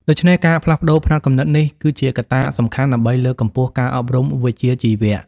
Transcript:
ដូច្នេះ ការផ្លាស់ប្តូរផ្នត់គំនិតនេះគឺជាកត្តាសំខាន់ដើម្បីលើកកម្ពស់ការអប់រំវិជ្ជាជីវៈ។